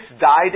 died